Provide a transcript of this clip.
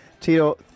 Tito